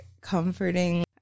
comforting